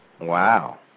Wow